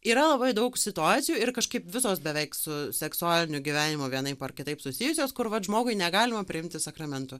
yra labai daug situacijų ir kažkaip visos beveik su seksualiniu gyvenimu vienaip ar kitaip susijusios kur vat žmogui negalima priimti sakramento